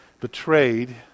betrayed